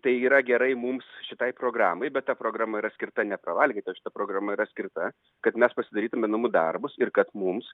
tai yra gerai mums šitai programai bet ta programa yra skirta ne pravalgyt o šita programa yra skirta kad mes pasidarytume namų darbus ir kad mums